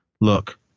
look